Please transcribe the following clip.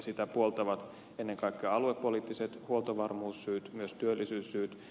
sitä puoltavat ennen kaikkea aluepoliittiset huoltovarmuussyyt ja myös työllisyyssyyt